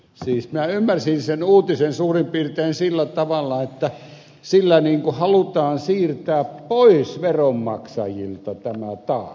siis minä ymmärsin sen uutisen suurin piirtein sillä tavalla että sillä halutaan siirtää pois veronmaksajilta tämä taakka pankeille